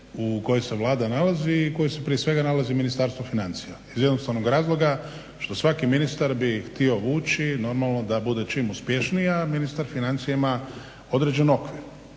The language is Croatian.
u kojoj se Vlada nalazi i u kojoj se prije svega nalazi Ministarstvo financija iz jednostavnog razloga što svaki ministar bi htio vući normalno da bude čim uspješnija. Ministar financija ima određen okvir.